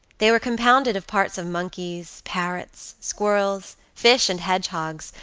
they were compounded of parts of monkeys, parrots, squirrels, fish, and hedgehogs,